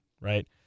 right